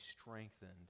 strengthened